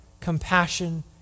compassion